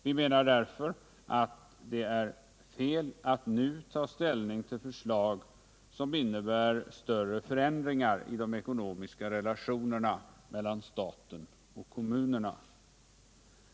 Vi menar därför att det är fel att nu ta ställning till förslag som innebär större förändringar i de ekonomiska relationerna mellan staten och kommunerna.